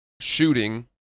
shooting